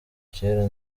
cyera